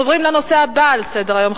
אנחנו עוברים לנושא הבא על סדר-היום,